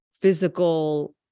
physical